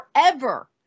forever